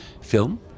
film